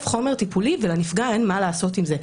חומר טיפולי ולנפגע אין מה לעשות עם זה,